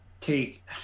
take